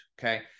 Okay